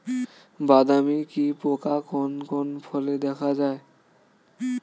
বাদামি কি পোকা কোন কোন ফলে দেখা যায়?